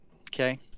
Okay